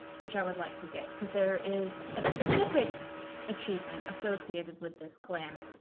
which i would like to get because there is a specific achievement associated with this clan,